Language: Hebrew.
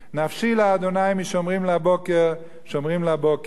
נפשי לאדוני משמרים לבקר שמרים לבקר,